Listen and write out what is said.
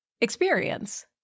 experience